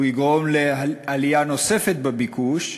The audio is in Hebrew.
הוא יגרום לעלייה נוספת בביקוש,